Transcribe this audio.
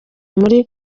muri